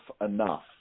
enough